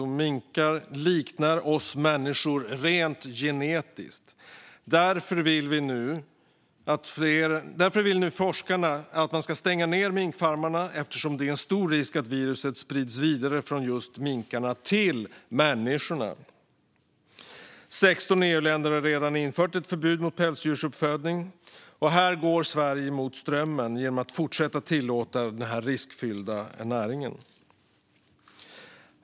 Och minkar liknar oss människor rent genetiskt. Därför vill nu forskarna att man ska stänga ned minkfarmerna, eftersom det är en stor risk att viruset sprids vidare från just minkar till människor. 16 EU-länder har redan infört ett förbud mot pälsdjursuppfödning. Och här går Sverige mot strömmen genom att fortsätta tillåta denna riskfyllda näring.